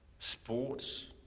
Sports